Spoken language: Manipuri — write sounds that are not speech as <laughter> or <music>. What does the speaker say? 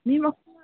ꯃꯤ <unintelligible>